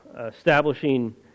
establishing